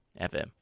FM